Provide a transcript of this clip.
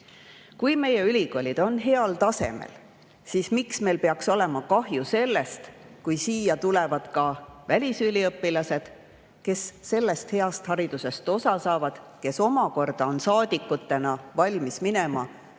meie ülikoolid on heal tasemel, siis miks meil peaks olema kahju sellest, kui siia tulevad ka välisüliõpilased, kes sellest heast haridusest osa saavad, kes omakorda on saadikutena valmis minema